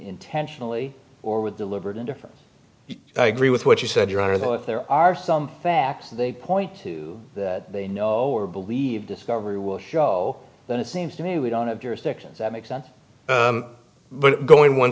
tentionally or with deliberate indifference i agree with what you said your honor that if there are some facts they point to that they know or believe discovery will show then it seems to me we don't have jurisdictions that make sense but going one